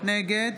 נגד